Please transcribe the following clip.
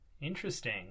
interesting